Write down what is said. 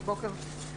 בבקשה.